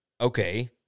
okay